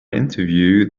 interview